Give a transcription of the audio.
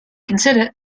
consider